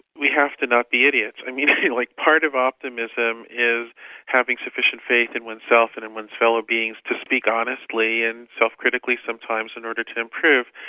we have to not be idiots. and like part of optimism is having sufficient faith in oneself and in one's fellow-beings to speak honestly and self-critically sometimes in order to improve.